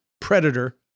predator